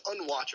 unwatchable